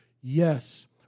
Yes